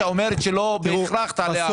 שאומרת שלא בהכרח תעלה הארנונה?